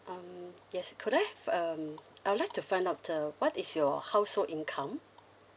um yes could I have um I would like to find out uh what is your household income